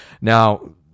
now